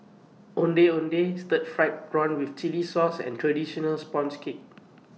Ondeh Ondeh Stir Fried Prawn with Chili Sauce and Traditional Sponge Cake